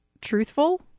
truthful